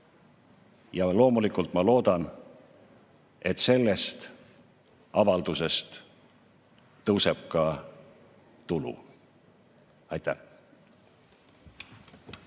Ja loomulikult ma loodan, et sellest avaldusest tõuseb ka tulu. Aitäh!